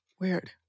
Weird